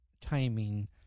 timing